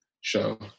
show